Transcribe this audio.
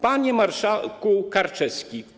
Panie Marszałku Karczewski!